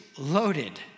loaded